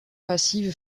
massive